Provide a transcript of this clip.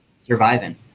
surviving